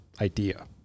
idea